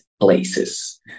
places